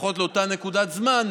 לפחות לאותה נקודת זמן,